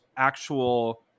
actual